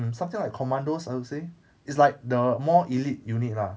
something like commandos I would say it's like the more elite unit lah